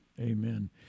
amen